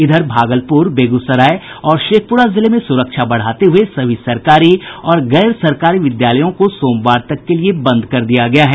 इधर भागलपुर बेगूसराय और शेखपुरा जिले में सुरक्षा बढ़ाते हुए सभी सरकारी और गैर सरकारी विद्यालयों को सोमवार तक के लिये बंद कर दिया गया है